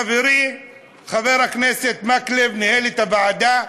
חברי חבר הכנסת מקלב ניהל את הוועדה,